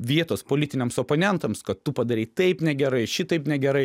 vietos politiniams oponentams kad tu padarei taip negerai šitaip negerai